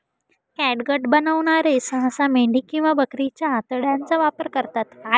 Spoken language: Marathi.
कॅटगट बनवणारे सहसा मेंढी किंवा बकरीच्या आतड्यांचा वापर करतात